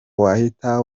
wahita